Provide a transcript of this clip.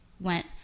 went